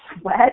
sweat